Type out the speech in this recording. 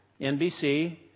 NBC